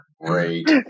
Great